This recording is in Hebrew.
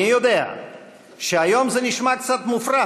אני יודע שהיום זה נשמע קצת מופרך,